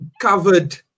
covered